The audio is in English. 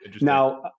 Now